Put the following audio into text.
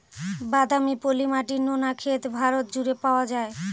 বাদামি, পলি মাটি, নোনা ক্ষেত ভারত জুড়ে পাওয়া যায়